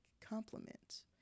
compliments